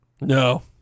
No